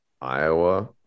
Iowa